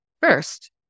first